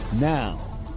now